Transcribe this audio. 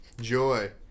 joy